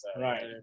Right